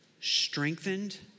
strengthened